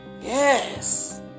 Yes